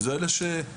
זה אלה שחושבים,